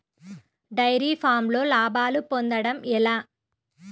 Dairy ఫామ్లో లాభాలు పొందడం ఎలా?